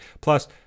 plus